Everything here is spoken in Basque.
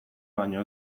baino